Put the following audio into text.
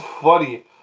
funny